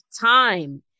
time